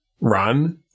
run